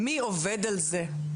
מי עובד על זה?